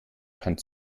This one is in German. kann